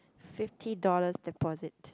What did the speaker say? fifty dollars deposit